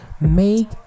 make